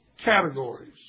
categories